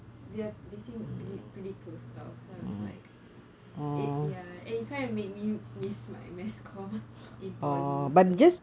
they're they seem to be pretty pretty close off so I was like it ya and it kind of made me miss my mass communication in polytechnic a lot